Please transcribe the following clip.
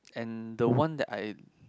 and the one that I